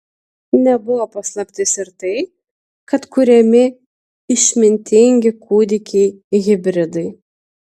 nebuvo paslaptis ir tai kad kuriami išmintingi kūdikiai hibridai